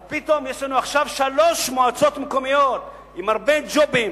אז פתאום יש לנו עכשיו שלוש מועצות מקומיות עם הרבה ג'ובים.